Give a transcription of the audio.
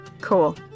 Cool